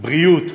בריאות,